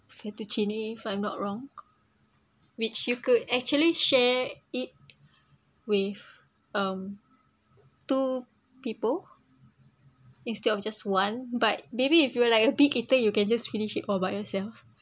fettuccine if I am not wrong which you could actually share it with um two people instead of just one but maybe if you were like a big eater you can just finish it all by yourself